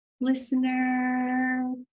listener